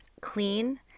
clean